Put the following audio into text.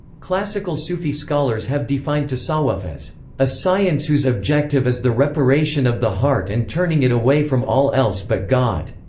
classical sufi scholars have defined tasawwuf as a science whose objective is the reparation of the heart and turning it away from all else but god.